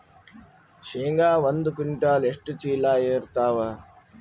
ಶೇಂಗಾ ಒಂದ ಕ್ವಿಂಟಾಲ್ ಎಷ್ಟ ಚೀಲ ಎರತ್ತಾವಾ?